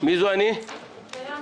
ביאן